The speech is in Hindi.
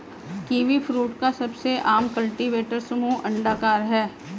कीवीफ्रूट का सबसे आम कल्टीवेटर समूह अंडाकार है